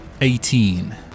Eighteen